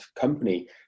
company